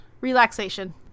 relaxation